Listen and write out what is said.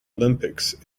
olympics